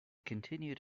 continued